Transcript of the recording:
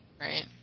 right